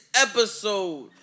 episode